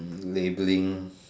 labelling